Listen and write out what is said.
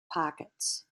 pockets